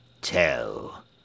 Tell